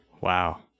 Wow